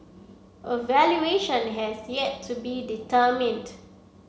a valuation has yet to be determined